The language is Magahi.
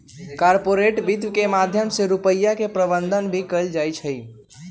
कार्पोरेट वित्त के माध्यम से रुपिया के प्रबन्धन भी कइल जाहई